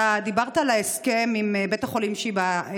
אתה דיברת על ההסכם עם בית החולים שיבא.